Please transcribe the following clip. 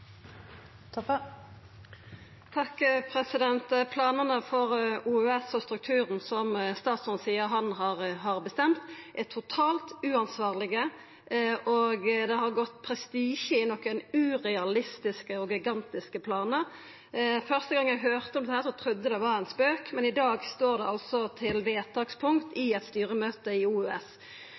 Planane for OUS og strukturen, som statsråden seier han har bestemt, er totalt uansvarlege, og det har gått prestisje i urealistiske og gigantiske planar. Første gongen eg høyrde om dette, trudde eg det var ein spøk, men i dag står det altså som vedtakspunkt i eit styremøte i